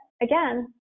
again